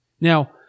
Now